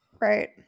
Right